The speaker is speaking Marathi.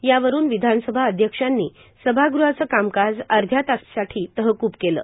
यावरून विधानसभा अध्यांनी सभागृहाचं कामकाज अध्या तासासाठी तहकूब केलं